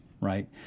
right